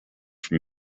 from